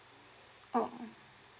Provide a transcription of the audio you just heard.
oh